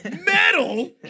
Metal